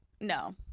No